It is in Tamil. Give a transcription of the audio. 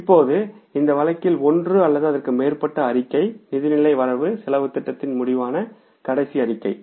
இப்போது இந்த வழக்கில் ஒன்று அல்லது அதற்கு மேற்பட்ட அறிக்கை நிதிநிலை வரவு செலவுத் திட்டத்தின் முடிவான கடைசி அறிக்கை